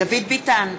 דוד ביטן,